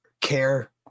care